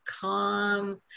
calm